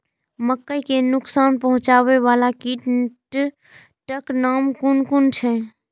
मके के नुकसान पहुँचावे वाला कीटक नाम कुन कुन छै?